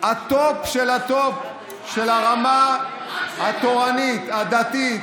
הטופ של הטופ של הרמה התורנית, הדתית,